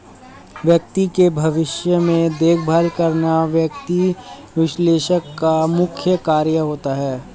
वित्त के भविष्य में देखभाल करना वित्त विश्लेषक का मुख्य कार्य होता है